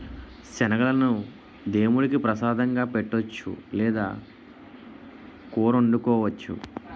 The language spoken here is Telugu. శనగలను దేముడికి ప్రసాదంగా పెట్టొచ్చు లేదా కూరొండుకోవచ్చు